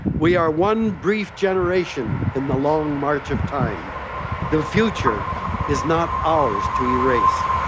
we are one brief generation in the long march of time the future is not ours to erase.